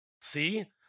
see